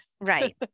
Right